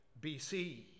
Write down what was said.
BC